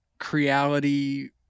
Creality